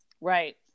Right